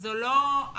זו לא המלצה,